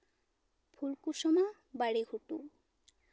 ᱯᱷᱩᱞᱠᱩᱥᱢᱟ ᱵᱟᱲᱤᱜᱷᱩᱴᱩ